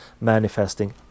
manifesting